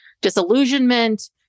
disillusionment